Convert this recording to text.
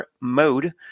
mode